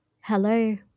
Hello